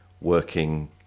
working